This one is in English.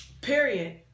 Period